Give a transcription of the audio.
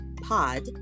Pod